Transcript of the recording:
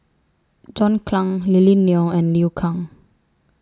John Clang Lily Neo and Liu Kang